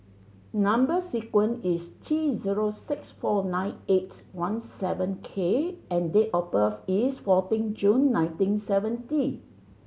number sequence is T zero six four nine eight one seven K and date of birth is fourteen June nineteen seventy